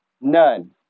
None